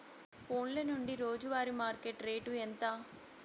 ఫోన్ల నుండి రోజు వారి మార్కెట్ రేటు ఎంత?